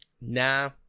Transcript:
Nah